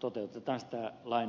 toteutetaan sitä lain perussääntöä